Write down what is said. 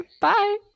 bye